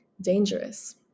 dangerous